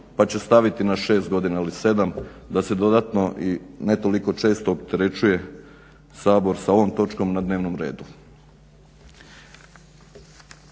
pa će staviti na 6 godina ili 7 da se dodatno i ne toliko često opterećuje Sabor sa ovom točkom na dnevnom redu.